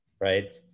right